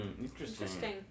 interesting